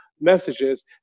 messages